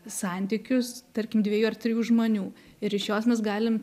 santykius tarkim dviejų ar trijų žmonių ir iš jos mes galim